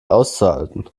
auszuhalten